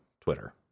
Twitter